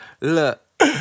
Look